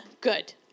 Good